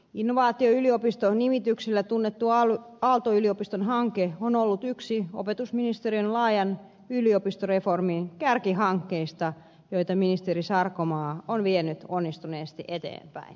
innovaatioyliopisto nimityksellä tunnettu aalto yliopisto hanke on ollut yksi opetusministeriön laajan yliopistoreformin kärkihankkeista joita ministeri sarkomaa on vienyt onnistuneesti eteenpäin kiitoksia